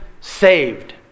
saved